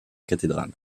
cathédrale